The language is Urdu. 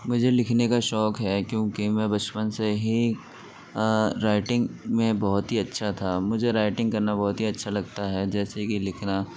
مجھے لکھنے کا شوق ہے کیوں کہ میں بچپن سے ہی رائٹنگ میں بہت ہی اچھا تھا مجھے رائٹنگ کرنا بہت ہی اچھا لگتا ہے جیسے کہ لکھنا